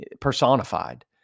personified